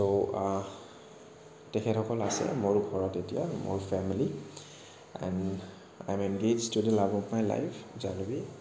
চ' তেখেতসকল আছে মোৰ ঘৰত এতিয়া মোৰ family and I am engaged to the love of my life Jahnavi